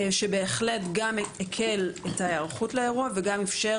שבהחלט גם הקל את ההיערכות לאירוע וגם איפשר